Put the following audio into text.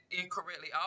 incorrectly